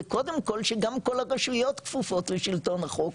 זה קודם כול שגם כל הרשויות כפופות לשלטון החוק,